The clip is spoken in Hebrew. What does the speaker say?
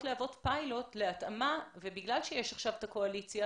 להוות פיילוט להתאמה ובגלל שיש עכשיו את הקואליציה